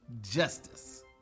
justice